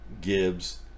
Gibbs